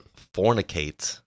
fornicate